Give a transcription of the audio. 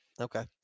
Okay